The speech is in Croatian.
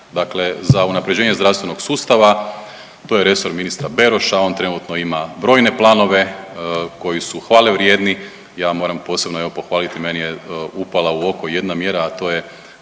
Dakle, za unapređenje zdravstvenog sustava to je resor ministra Beroša. On trenutno ima brojne planove koji su hvale vrijedni. Ja moram posebno evo pohvaliti meni je upala u oko jedna mjera a to je